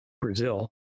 Brazil